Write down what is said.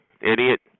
Idiot